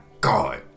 god